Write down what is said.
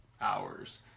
hours